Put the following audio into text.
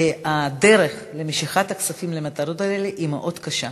הדרך למשיכת הכספים למטרות האלה היא מאוד קשה.